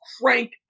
crank